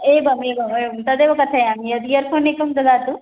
एवम् एवम् एवं तदेव कथयामि यदि इयरफ़ोन् एकं ददातु